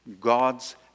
God's